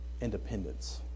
independence